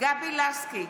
גבי לסקי,